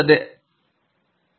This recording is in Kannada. ನಾವು ನಿಮಗೆ ಸ್ಕ್ರಿಪ್ಟ್ ಕಳುಹಿಸಬಹುದು